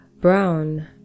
Brown